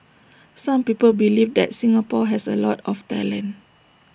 some people believe that Singapore has A lot of talent